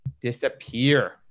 disappear